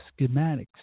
schematics